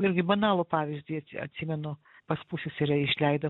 irgi banalų pavyzdį atsi atsimenu pas pusseserę išleido